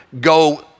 go